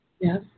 Yes